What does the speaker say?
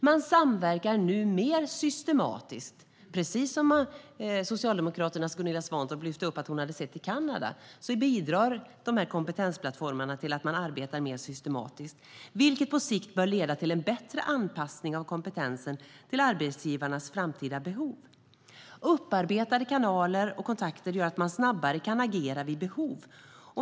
Man samverkar nu mer systematiskt. Precis som Socialdemokraternas Gunilla Svantorp lyfte fram att hon sett i Kanada bidrar kompetensplattformarna till att man arbetar mer systematiskt, vilket på sikt bör leda till en bättre anpassning av kompetensen till arbetsgivarnas framtida behov. Upparbetade kanaler och kontakter gör att man snabbare kan agera vid behov.